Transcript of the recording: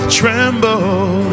tremble